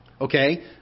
Okay